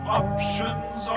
options